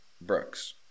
Brooks